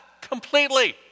completely